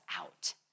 out